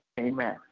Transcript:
Amen